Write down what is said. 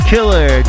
Killer